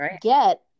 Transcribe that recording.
get